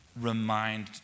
remind